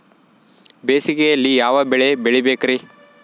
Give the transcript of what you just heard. ಬೇಸಿಗೆಯಲ್ಲಿ ಯಾವ ಬೆಳೆ ಬೆಳಿಬೇಕ್ರಿ?